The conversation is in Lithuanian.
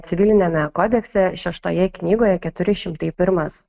civiliniame kodekse šeštoje knygoje keturi šimtai pirmas